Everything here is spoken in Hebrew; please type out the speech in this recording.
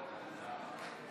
התקבלה.